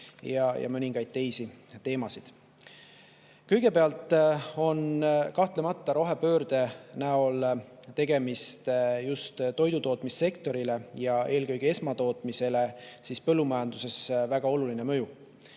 ja mõningaid teisi teemasid. Kõigepealt, kahtlemata on rohepöördel just toidutootmissektorile ja eelkõige esmatootmisele põllumajanduses väga oluline mõju.